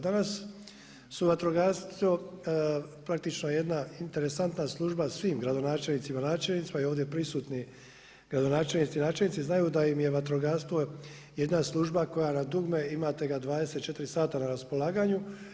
Danas su vatrogasci praktično jedna interesantna služba svim gradonačelnicima i načelnicima i ovdje prisutni gradonačelnici i načelnici znaju da im je vatrogastvo jedna služba koja na dugme imate ga 24 sata na raspolaganju.